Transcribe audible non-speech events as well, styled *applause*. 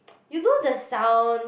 *noise* you know the sound